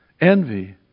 envy